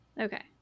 okay